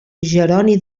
jeroni